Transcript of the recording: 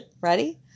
Ready